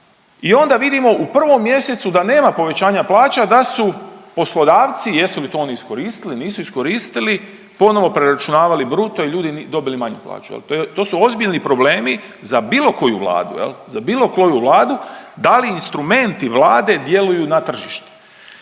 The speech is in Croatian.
i onda vidimo u prvom mjesecu da nema povećanja plaća da su poslodavci, jesu li to oni iskoristili nisu li iskoristili, ponovo preračunavali bruto i ljudi dobili manju plaću. To su ozbiljni problemi za bilo koju vladu, za bilo koju vladu, da li instrumenti vlade djeluju na tržište.